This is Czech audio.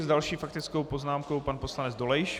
S další faktickou poznámkou pan poslanec Dolejš.